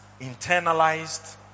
internalized